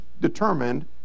determined